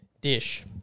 dish